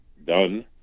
done